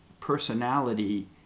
personality